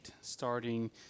starting